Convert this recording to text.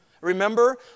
Remember